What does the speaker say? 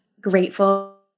grateful